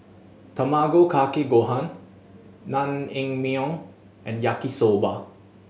Tamago Kake Gohan Naengmyeon and Yaki Soba